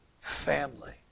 family